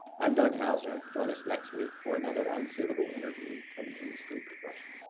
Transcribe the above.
i'm doug houser. join us next week for another unsuitable interview from an industry professional.